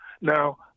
Now